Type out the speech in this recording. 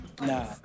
Nah